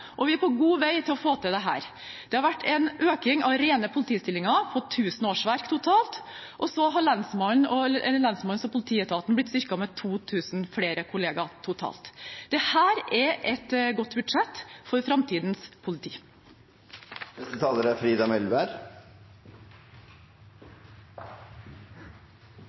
og vi er på god vei til å få til dette. Det har vært en økning av rene politistillinger på 1 000 årsverk totalt, og politi- og lensmannsetaten har blitt styrket med 2 000 flere kolleger totalt. Dette er et godt budsjett for framtidens